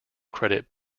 credit